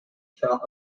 shot